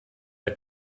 der